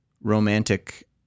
romantic